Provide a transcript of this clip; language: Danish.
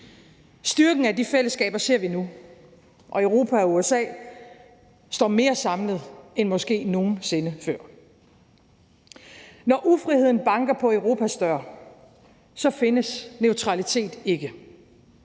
Styrken af de fællesskaber ser vi nu, og Europa og USA står mere samlet end måske nogensinde før. Når ufriheden banker på Europas dør, findes neutralitet ikke.